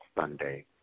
Sunday